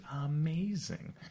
amazing